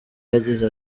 yagize